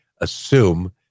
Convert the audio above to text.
assume